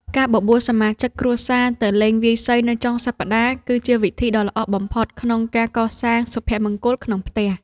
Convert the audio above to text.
ការបបួលសមាជិកគ្រួសារទៅលេងវាយសីនៅចុងសប្តាហ៍ គឺជាវិធីដ៏ល្អបំផុតក្នុងការកសាងសុភមង្គលក្នុងផ្ទះ។